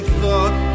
thought